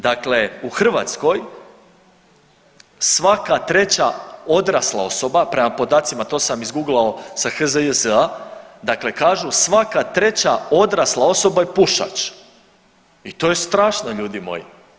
Dakle, u Hrvatskoj svaka treća odrasla osoba, prema podacima to sam izguglao s HZJZ-a, dakle kažu svaka treća odrasla osoba je pušač i to je strašno ljudi moji.